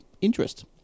interest